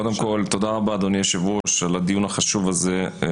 רבה, אדוני היושב-ראש, על הדיון החשוב הזה.